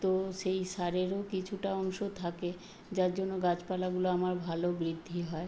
তো সেই সারেরও কিছুটা অংশ থাকে যার জন্য গাছপালাগুলো আমার ভালো বৃদ্ধি হয়